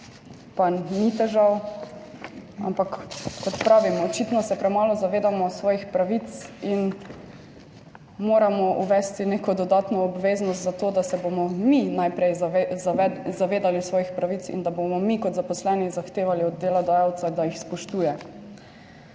pa ni težav. Ampak kot pravim, očitno se premalo zavedamo svojih pravic in moramo uvesti neko dodatno obveznost za to, da se bomo mi najprej zavedali svojih pravic in da bomo mi kot zaposleni zahtevali od delodajalca, da jih spoštuje.